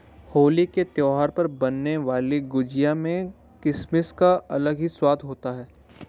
होली के त्यौहार पर बनने वाली गुजिया में किसमिस का अलग ही स्वाद होता है